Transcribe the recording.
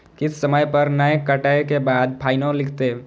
किस्त समय पर नय कटै के बाद फाइनो लिखते?